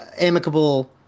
amicable